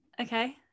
Okay